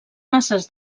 masses